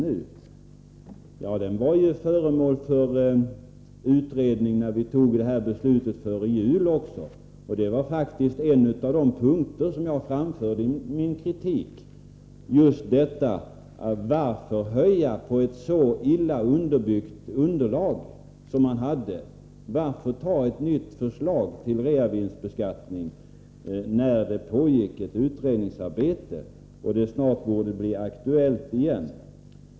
Men beskattningen var föremål för utredning också när vi fattade beslutet före jul. En av de punkter som jag då framförde kritik mot gällde just att man ville genomföra en höjning trots att man hade ett så illa underbyggt underlag. Jag ifrågasatte det lämpliga i att anta ett nytt förslag till reavinstbeskattning när det pågick ett utredningsarbete och frågan snart skulle bli aktuell igen.